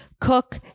cook